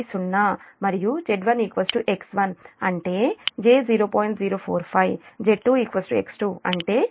045 Z2 X2 అంటే j0